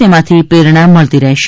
તેમાંથી પ્રેરણા મળતી રહેશે